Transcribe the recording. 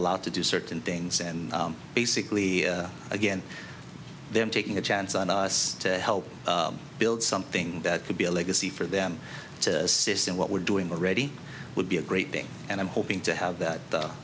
allowed to do certain things and basically again them taking a chance on us to help build something that would be a legacy for them to assist in what we're doing already would be a great thing and i'm hoping to have that